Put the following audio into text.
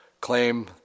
claim